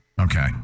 Okay